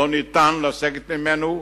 לא ניתן לסגת ממנו,